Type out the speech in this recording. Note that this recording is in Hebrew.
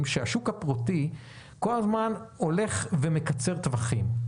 שהשוק הפרטי כל הזמן הולך ומקצר טווחים.